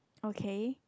okay